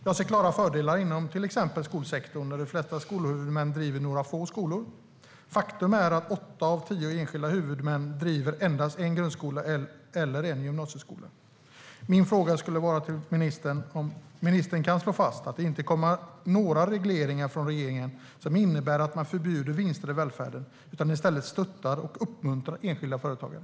Jag ser klara fördelar inom till exempel skolsektorn, där de flesta skolhuvudmän driver några få skolor. Faktum är att åtta av tio enskilda huvudmän driver endast en grundskola eller en gymnasieskola. Min fråga är om ministern kan slå fast att det inte kommer några regleringar från regeringen som innebär att man förbjuder vinster i välfärden utan att man i stället stöttar och uppmuntrar enskilda företagare.